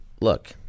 look